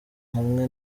hamwe